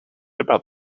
about